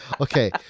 Okay